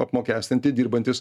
apmokestinti dirbantys